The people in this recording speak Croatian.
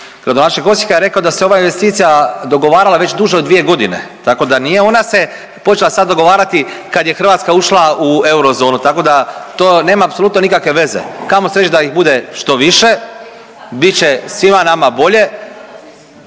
gradonačelnik Osijeka je rekao da se ova investicija dogovarala već duže od 2.g., tako da nije ona se počela sad dogovarati kad je Hrvatska ušla u Eurozonu, tako da to nema apsolutno nikakve veze, kamo sreće da ih bude što više, bit će svima nama bolje.